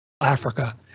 Africa